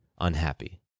unhappy